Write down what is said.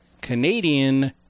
Canadian